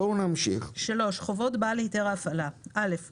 להפעיל